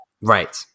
Right